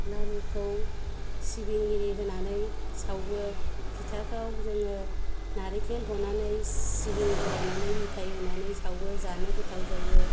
लारुखौ सिबिं एरि होनानै सावो फिथाखौ जोङो नारिखेल एवनानै सिबिं गलायनानै मिथाइ होनानै सावो जानो गोथाव जायो